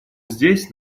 здесь